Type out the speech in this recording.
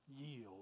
yield